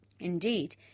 Indeed